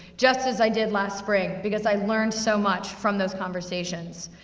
just as i did last spring, because i learned so much from those conversations.